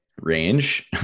range